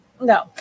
No